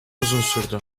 uzun